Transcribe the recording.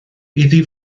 iddi